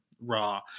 Raw